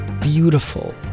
beautiful